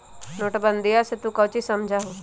नोटबंदीया से तू काउची समझा हुँ?